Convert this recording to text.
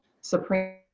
Supreme